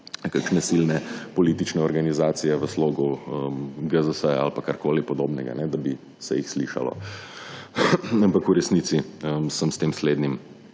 kakšne silne politične organizacije v slogu GZS-ja ali pa, pa karkoli podobnega, da bi se jih slišalo. Ampak v resnici sem s tem slednjim